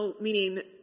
meaning